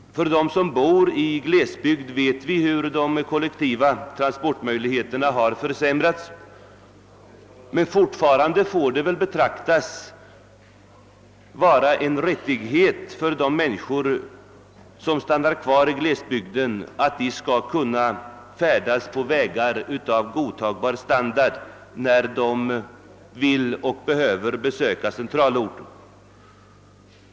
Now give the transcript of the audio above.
Vi vet hur de kollektiva transportmöjligheterna har försämrats för dem som bor i glesbygd, men fortfarande får det väl betraktas som en rättighet för de människor som stannar kvar i glesbygden att de skall kunna färdas på vägar av godtagbar standard när de vill och behöver besöka centralorten.